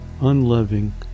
unloving